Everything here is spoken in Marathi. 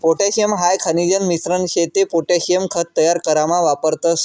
पोटॅशियम हाई खनिजन मिश्रण शे ते पोटॅशियम खत तयार करामा वापरतस